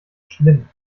schlimm